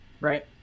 Right